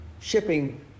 shipping